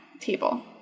table